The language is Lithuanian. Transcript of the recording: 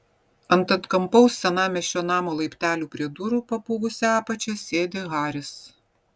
ant atkampaus senamiesčio namo laiptelių prie durų papuvusia apačia sėdi haris